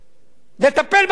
נטפל בחרדים.